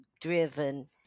driven